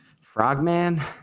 Frogman